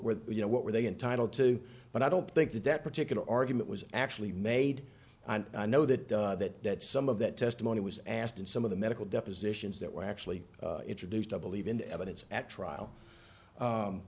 were you know what were they entitled to but i don't think that that particular argument was actually made i know that that that some of that testimony was asked in some of the medical depositions that were actually introduced i believe in the evidence at trial